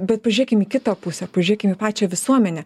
bet pažiūrėkim į kitą pusę pažiūrėkim į pačią visuomenę